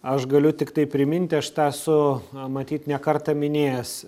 aš galiu tiktai priminti aš tą esu matyt ne kartą minėjęs